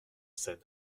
scène